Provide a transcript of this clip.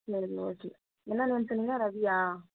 சரி ஓகே என்ன நேம் சொன்னீங்க ரவியா